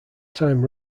time